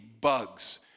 bugs